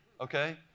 okay